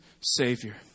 savior